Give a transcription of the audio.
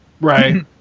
Right